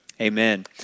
Amen